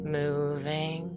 moving